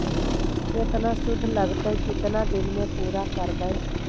केतना शुद्ध लगतै केतना दिन में पुरा करबैय?